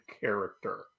character